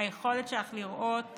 היכולת שלך לראות